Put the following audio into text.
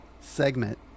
segment